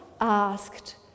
asked